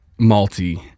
malty